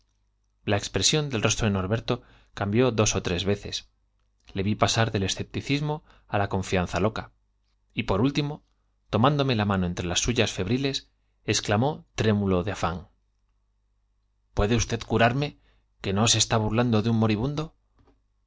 la expresión aunque cambió dos ó tres yeces le vi rostro de norberto del escepticismo á la confianza loca y por pasar tomándome la mano entre las suyas febriles último exclamó tr émulo de afán no se está burlando puede usted jurarme que de un moribundo